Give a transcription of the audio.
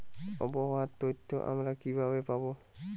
আবহাওয়ার তথ্য আমরা কিভাবে পাব?